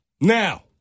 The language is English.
Now